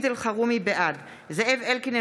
בעד זאב אלקין,